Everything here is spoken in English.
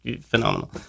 phenomenal